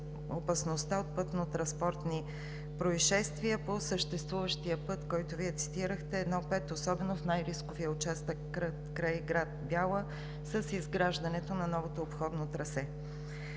опасността от пътнотранспортни произшествия по съществуващия път, който вие цитирахте – I-5, особено в най-рисковия участък край град Бяла с изграждането на новото обходно трасе.